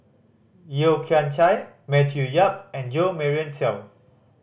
Yeo Kian Chai Matthew Yap and Jo Marion Seow